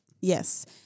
Yes